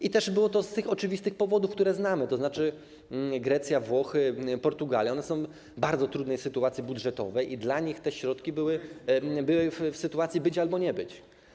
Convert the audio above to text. I też było to z tych oczywistych powodów, które znamy, tzn. Grecja, Włochy, Portugalia są w bardzo trudnej sytuacji budżetowej i dla nich te środki były w sytuacji być albo nie być.